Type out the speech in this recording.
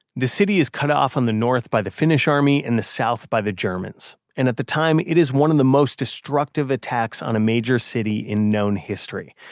the city is cut off on the north by the finnish army in the south by the germans. and at the time, it is one of and the most destructive attacks on a major city in known history,